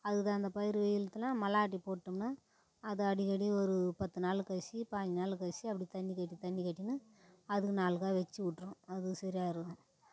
அதுக்கு அந்த பயிர் மல்லாட்டையை போட்டோம்னால் அதை அடிக்கடி ஒரு பத்து நாள் கழிச்சு பாஞ்சு நாள் கழிச்சு அப்படியே தண்ணி கட்டி தண்ணி கட்டினு அதுக்குனு நாள் காய் வச்சு விட்ரும் அது சரி ஆயிடும்